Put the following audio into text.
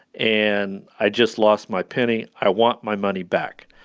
and i just lost my penny. i want my money back